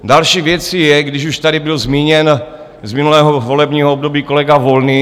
Další věcí je, když už tady byl zmíněn z minulého volebního období kolega Volný.